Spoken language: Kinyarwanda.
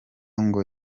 ngo